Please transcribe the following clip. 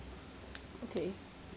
okay